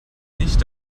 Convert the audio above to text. nicht